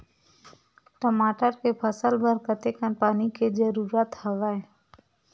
टमाटर के फसल बर कतेकन पानी के जरूरत हवय?